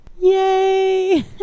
yay